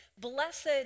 blessed